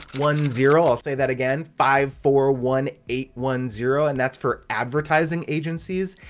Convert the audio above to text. one, zero. i'll say that again, five, four, one, eight, one, zero. and that's for advertising agencies.